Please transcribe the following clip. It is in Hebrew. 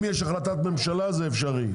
אם יש החלטת ממשלה, זה אפשרי.